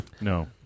No